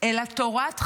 אלא תורת חיים,